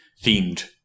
themed